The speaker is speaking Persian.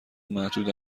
محدوده